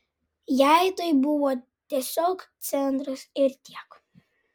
jai tai buvo tiesiog centras ir tiek